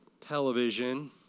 television